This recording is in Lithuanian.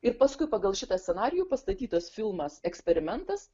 ir paskui pagal šitą scenarijų pastatytas filmas eksperimentas